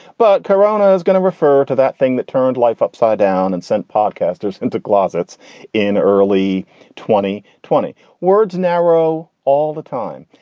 but karana is is going to refer to that thing that turned life upside down and sent podcasters into closets in early twenty, twenty words narrow all the time,